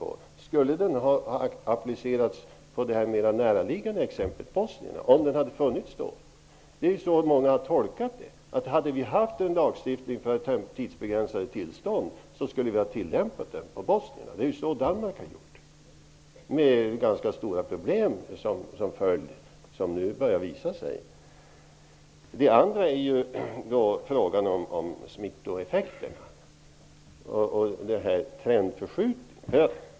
Om den hade funnits tidigare, skulle den då ha applicerats på bosnierna? Många har gjort tolkningen att vi, om vi hade haft en lagstiftning för tidsbegränsade tillstånd, skulle ha tillämpat den på bosnierna. Så har man gjort i Danmark där ganska stora problem nu börjar dyka upp till följd av detta. Sedan har vi frågan om smittoeffekterna och trendförskjutningen.